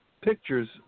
pictures